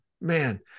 man